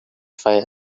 fire